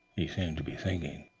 he seemed to be thinking.